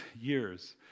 years